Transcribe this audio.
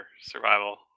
Survival